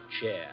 chair